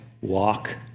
Walk